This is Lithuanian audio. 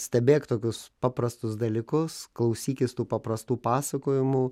stebėk tokius paprastus dalykus klausykis tų paprastų pasakojimų